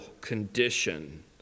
condition